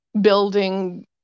building